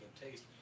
taste